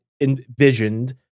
envisioned